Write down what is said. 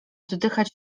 oddychać